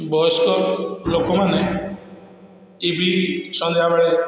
ବୟସ୍କ ଲୋକମାନେ ଟିଭି ସନ୍ଧ୍ୟାବେଳେ